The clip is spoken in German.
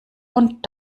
und